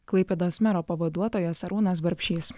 klaipėdos mero pavaduotojas arūnas barbšys